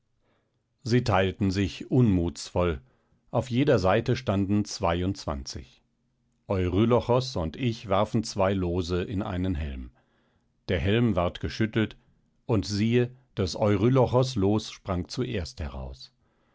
sie teilten sich unmutsvoll auf jeder seite standen zweiundzwanzig eurylochos und ich warfen zwei lose in einen helm der helm ward geschüttelt und siehe des eurylochos los sprang zuerst heraus